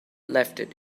lifted